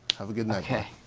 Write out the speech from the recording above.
have a good night. okay.